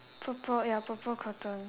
purple ya purple curtain